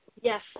Yes